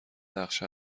نقشه